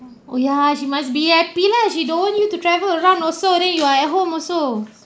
oh ya she must be happy lah she don't want you to travel around also then you are at home also